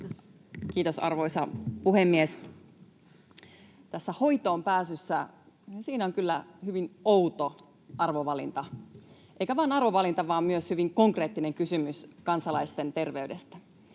Kiitos, arvoisa puhemies! Tässä hoitoonpääsyssä on kyllä hyvin outo arvovalinta, eikä vain arvovalinta, vaan myös hyvin konkreettinen kysymys kansalaisten terveydestä.